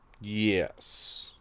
Yes